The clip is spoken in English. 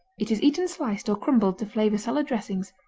it is eaten sliced or crumbled to flavor salad dressings,